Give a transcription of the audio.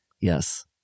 Yes